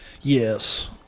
Yes